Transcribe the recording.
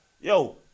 yo